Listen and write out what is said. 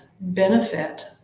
benefit